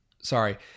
sorry